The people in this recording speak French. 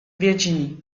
virginie